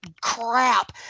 crap